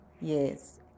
yes